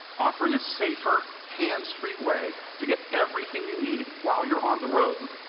offering a safer hands-free way to get everything you need while you're on the road.